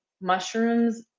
mushrooms